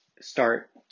start